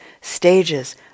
stages